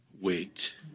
wait